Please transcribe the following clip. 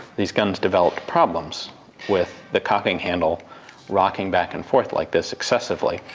these guns developed problems with the cocking handle rocking back and forth like this excessively,